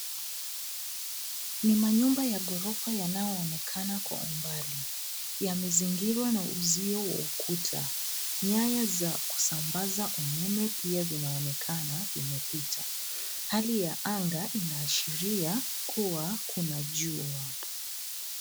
Ni manyumba ya ghorofa yanayoonekana kwa umbali. Yamezingirwa na uzio wa ukuta. Nyaya za kusambaza umeme pia vinaonekana kwenye picha. Hali ya anga inaashiria kua kuna jua.